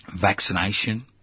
vaccination